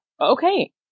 Okay